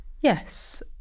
Yes